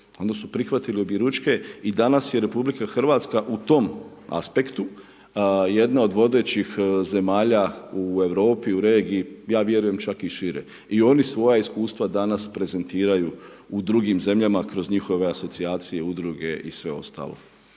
onda su prihvatili obje ručak i danas je RH u tom aspektu jedna od vodećih zemalja u Europi, u regiji, ja vjerujem čak i šire. I oni svoja iskustva danas prezentiraju u drugim zemljama, kroz njihove asocijacije, udruge i sve ostalo.